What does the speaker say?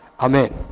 Amen